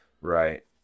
right